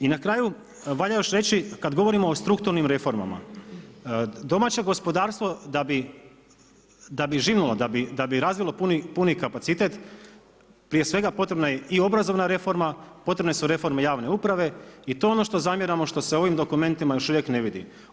I na kraju, valjda još reći kad govorimo o strukturnim reformama, domaće gospodarstvo da bi živnulo, da bi razvilo puni kapacitet, prije svega potrebna je i obrazovna reforma, potrebne su reforme javne uprave i to je ono što zamjeramo što se u ovim dokumentima još uvijek ne vidi.